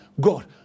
God